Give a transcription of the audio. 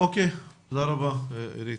תודה רבה, עידית.